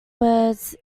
words